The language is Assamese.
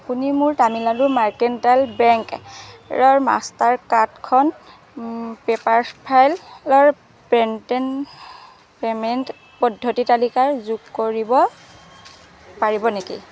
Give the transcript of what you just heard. আপুনি মোৰ তামিলনাডু মাৰ্কেণ্টাইল বেংকৰ মাষ্টাৰ কাৰ্ডখন পেপাৰফ্ৰাইললৰ পে'ণ্টন পে'মেন্ট পদ্ধতিৰ তালিকাৰ যোগ কৰিব পাৰিব নেকি